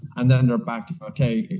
and then they're back. okay,